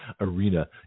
arena